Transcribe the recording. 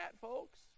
folks